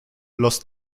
los